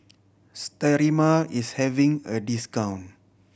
Sterimar is having a discount